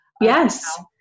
Yes